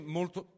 molto